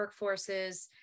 workforces